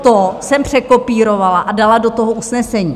Toto jsem překopírovala a dala do toho usnesení.